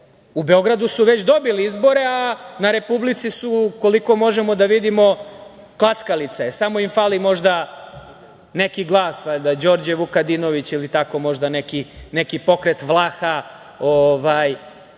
u Beogradu su već dobili izbore, a na republici su, koliko možemo da vidimo klackalica je, samo im fali možda neki glas, valjda, Đorđe Vukadinović ili možda tako neki pokret Vlaha